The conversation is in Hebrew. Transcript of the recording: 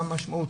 מה המשמעות,